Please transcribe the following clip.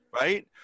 right